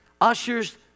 ushers